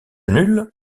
nul